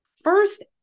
first